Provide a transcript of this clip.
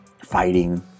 fighting